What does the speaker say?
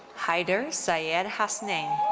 hyder syed hasnain.